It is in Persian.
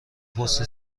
پست